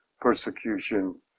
persecution